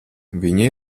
viņa